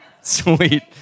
Sweet